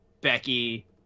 Becky